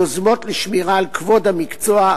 יוזמות לשמירה על כבוד המקצוע,